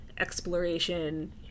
exploration